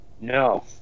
No